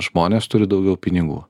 žmonės turi daugiau pinigų